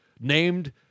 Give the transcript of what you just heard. named